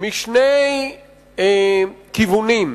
משני כיוונים: